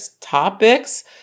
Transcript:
topics